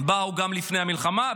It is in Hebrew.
באו גם לפני המלחמה.